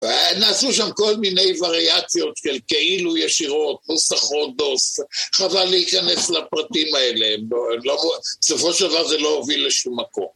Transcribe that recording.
נעשו שם כל מיני וריאציות של כאילו ישירות, נוסח רודוס, חבל להיכנס לפרטים האלה, בסופו של דבר זה לא הוביל לשום מקום.